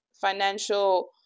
financial